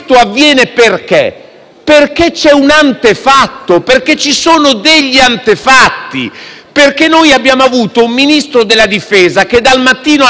Noi abbiamo avuto un Ministro della difesa che dal mattino alla sera, senza aver interpellato su questo il Ministro degli esteri che si era dichiarato del tutto ignaro,